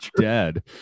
dead